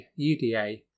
UDA